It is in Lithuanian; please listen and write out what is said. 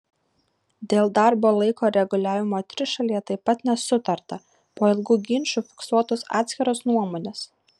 dėl darbo laiko reguliavimo trišalėje taip pat nesutarta po ilgų ginčų fiksuotos atskiros nuomonės